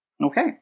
Okay